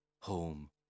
home